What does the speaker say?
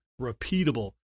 repeatable